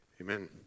Amen